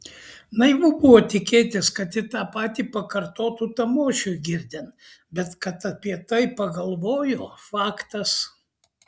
naivu buvo tikėtis kad ji tą patį pakartotų tamošiui girdint bet kad apie tai pagalvojo faktas